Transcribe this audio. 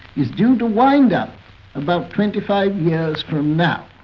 is due to wind up about twenty five years from now.